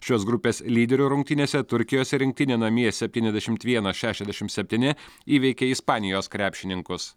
šios grupės lyderio rungtynėse turkijos rinktinė namie septyniasdešimt vienas šešiasdešimt septyni įveikė ispanijos krepšininkus